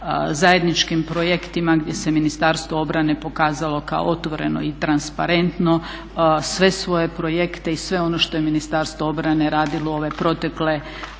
zajedničkim projektima gdje se Ministarstvo obrane pokazalo kao otvoreno i transparentno sve svoje projekte i sve ono što je Ministarstvo obrane radilo u ove protekle